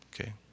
Okay